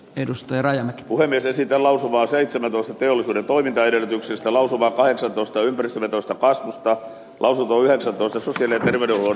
edustaja raija hurri se sitä lausuvan seitsemän osa teollisuuden toimintaedellytyksistä lausuma paes ostoympäristövetoistapastista laulujen satotasot enemmän edun